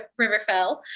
Riverfell